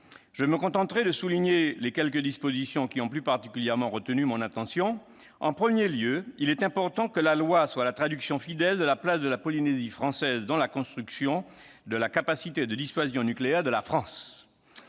Je me contenterai d'évoquer les quelques dispositions qui ont plus particulièrement retenu mon attention. En premier lieu, il est important que la loi soit la traduction fidèle de la reconnaissance de la place de la Polynésie française dans la construction de la capacité de dissuasion nucléaire de la France.